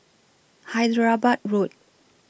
Hyderabad Road